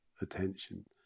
attention